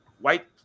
white